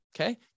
okay